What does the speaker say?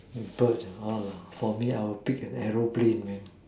a bird !wah! for me I will pick a aeroplane man